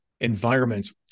environments